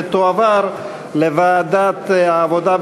ותועבר לוועדת העבודה,